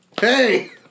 hey